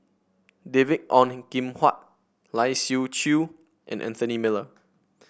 David Ong Kim Huat Lai Siu Chiu and Anthony Miller